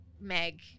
Meg